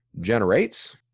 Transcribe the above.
generates